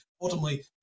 ultimately